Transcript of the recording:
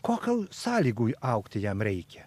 kokių sąlygų augti jam reikia